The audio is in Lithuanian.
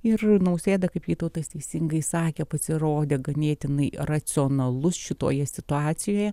ir nausėda kaip vytautas teisingai sakė pasirodė ganėtinai racionalus šitoje situacijoje